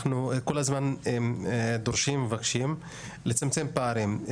אנחנו כל הזמן דורשים ומבקשים לצמצם פערים.